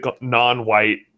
non-white